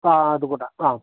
ആ അത് കൂട്ടാം ആ